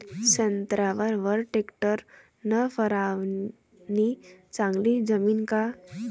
संत्र्यावर वर टॅक्टर न फवारनी चांगली जमन का?